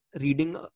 reading